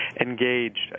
engaged